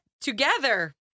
together